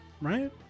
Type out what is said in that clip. right